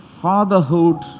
fatherhood